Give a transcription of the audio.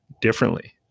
differently